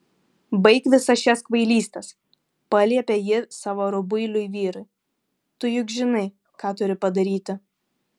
baik visas šias kvailystes paliepė ji savo rubuiliui vyrui tu juk žinai ką turi padaryti